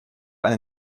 eine